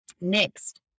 Next